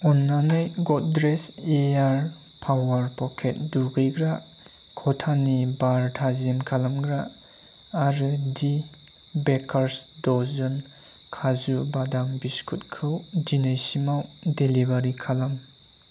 अन्नानै Godrej air power pocket दुगैग्रा खथानि बार थाजिम खालामग्रा आरो दि बेकार्स दजोन काजु बादाम बिस्कुटखौ दिनैसिमाव डेलिबारि खालाम